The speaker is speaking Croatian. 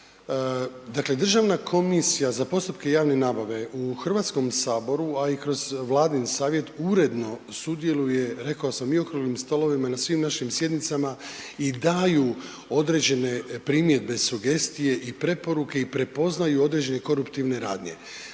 Dakle Državna komisija za postupke javne nabave u Hrvatskom saboru a i kroz Vladin savjet uredno sudjeluje, rekao sam i okruglim stolovima i na svim našim sjednicama i daju određene primjedbe, sugestije i preporuke i prepoznaju određene koruptivne radnje.